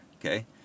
Okay